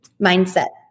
Mindset